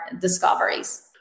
discoveries